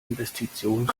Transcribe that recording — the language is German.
investition